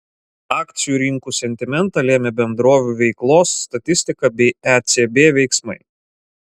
akcijų rinkų sentimentą lėmė bendrovių veiklos statistika bei ecb veiksmai